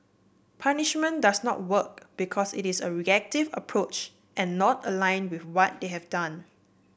punishment does not work because it is a reactive approach and not aligned with what they have done